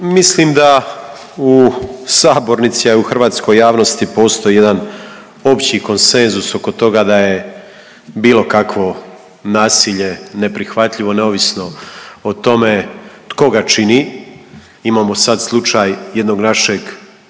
mislim da u sabornici, a i u hrvatskoj javnosti postoji jedan opći konsenzus oko toga da je bilo kakvo nasilje neprihvatljivo, neovisno o tome tko ga čini. Imamo sad slučaj jednog našeg